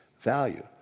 value